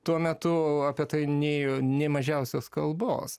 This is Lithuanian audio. tuo metu apie tai nėjo nė mažiausios kalbos